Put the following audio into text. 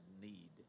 need